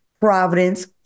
Providence